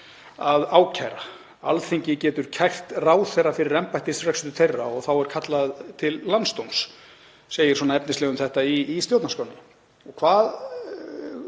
að ákæra. Alþingi getur kært ráðherra fyrir embættisrekstur þeirra og þá er kallað til landsdóms, segir efnislega um þetta í stjórnarskránni. Hvers